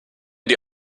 die